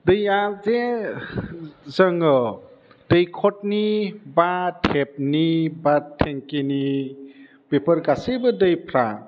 दैया बे जोङो दैखरनि बा टेप नि बा टेंकिनि बेफोर गासैबो दैफ्रा